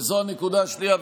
וזו הנקודה השנייה,